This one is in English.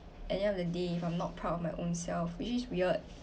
at the end of the day if I'm not proud of my own self which is weird